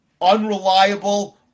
unreliable